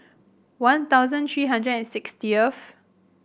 One Thousand three hundred and sixtieth